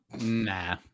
Nah